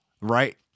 right